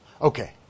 Okay